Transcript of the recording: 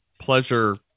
pleasure